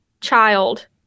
child